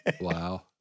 Wow